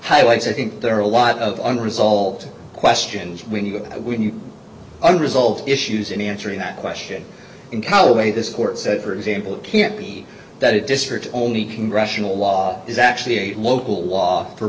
highlights i think there are a lot of unresolved questions when you go under the old issues in answering that question in no way this court said for example it can't be that a district only congressional law is actually a local law for